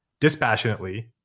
dispassionately